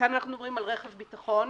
כאן אנחנו מדברים על רכב ביטחון.